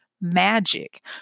magic